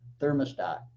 thermostat